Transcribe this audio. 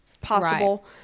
possible